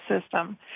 system